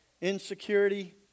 insecurity